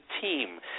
team